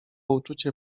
uczucie